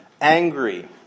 angry